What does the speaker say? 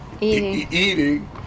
eating